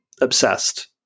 obsessed